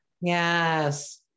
yes